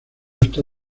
está